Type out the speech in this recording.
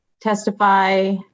testify